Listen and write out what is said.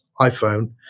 iPhone